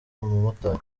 umumotari